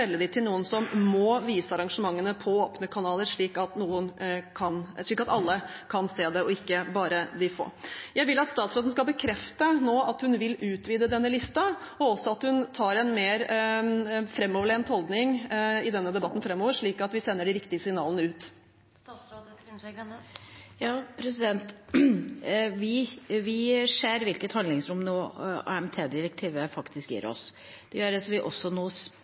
til noen som må vise arrangementene på åpne kanaler, slik at alle kan se det, og ikke bare de få. Jeg vil at statsråden nå skal bekrefte at hun vil utvide denne listen, og også at hun har en mer framoverlent holdning i denne debatten framover, slik at vi sender de riktige signalene ut. Vi ser hvilket handlingsrom AMT-direktivet nå faktisk gir oss. Det gjør at vi også